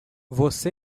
você